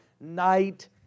night